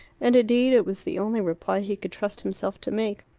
and indeed it was the only reply he could trust himself to make.